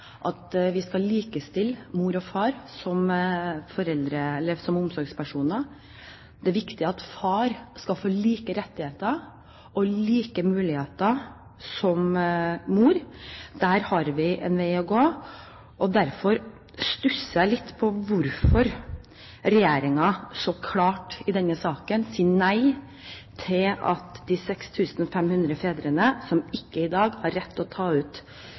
at vi skal likestille mor og far som omsorgspersoner. Det er viktig at far skal få samme rettigheter og samme muligheter som mor. Der har vi en vei å gå. Derfor stusser jeg litt på hvorfor regjeringen så klart i denne saken sier nei til at de 6 500 fedrene som i dag ikke har rett til å ta ut